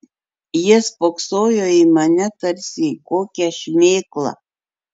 jie spoksojo į mane tarsi į kokią šmėklą